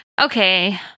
Okay